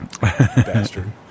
Bastard